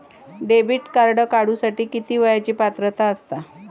Debit card काढूसाठी किती वयाची पात्रता असतात?